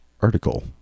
article